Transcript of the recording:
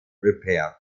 repaired